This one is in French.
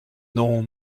non